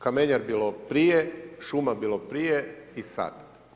Kamenjar bilo prije, šuma bila prije i sad.